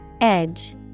Edge